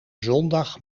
zondag